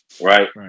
right